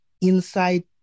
inside